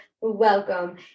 welcome